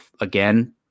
again